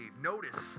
Notice